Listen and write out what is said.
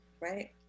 Right